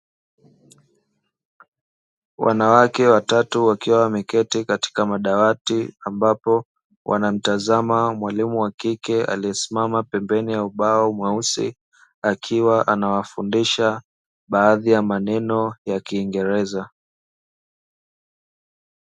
Wanawake watatu wakiwa wameketi katika madawati, ambapo wanamtazama mwalimu wa kike aliye simama pembeni ya ubao mweusi, akiwa anawafundisha baadhi ya maneno ya kiingereza.